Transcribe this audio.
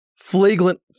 flagrant